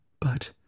But